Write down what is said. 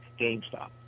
GameStop